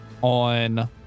on